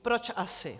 Proč asi?